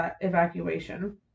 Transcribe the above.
evacuation